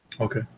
Okay